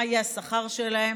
מה יהיה השכר שלהם.